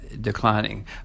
declining